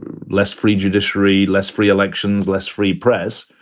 ah less free judiciary, less free elections, less free press.